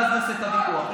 ואז נעשה את הוויכוח.